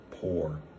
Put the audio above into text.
poor